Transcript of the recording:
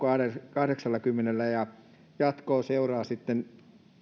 kahdeksallakymmenellä ja jatkoa seuraa sitten